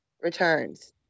Returns